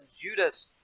Judas